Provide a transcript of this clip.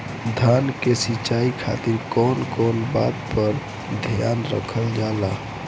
धान के सिंचाई खातिर कवन कवन बात पर ध्यान रखल जा ला?